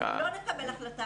לא לקבל החלטה.